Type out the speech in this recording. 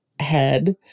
head